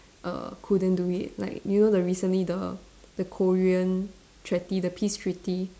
err couldn't do it like you know the recently the the Korean treaty the peace treaty